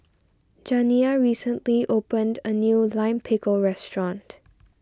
Janiyah recently opened a new Lime Pickle restaurant